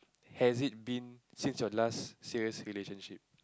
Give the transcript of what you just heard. has it been since your last serious relationship